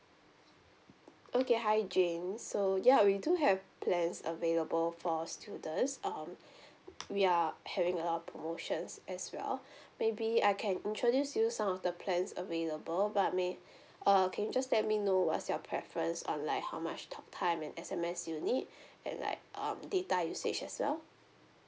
okay hi jane so ya we do have plans available for students um we are having a lot of promotions as well maybe I can introduce you some of the plans available but may err can you just let me know what's your preference on like how much talk time and S_M_S you need and like um data usage as well